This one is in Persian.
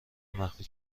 مخفی